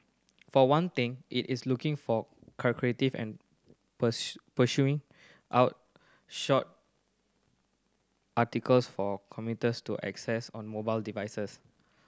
for one thing it is looking for curative and pursuing out short articles for commuters to access on mobile devices